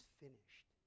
finished